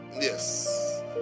yes